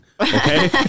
Okay